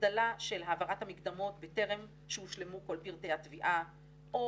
הגדלה של העברת המקדמות בטרם שהושלמו כל פרטי התביעה או